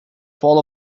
fall